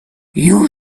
you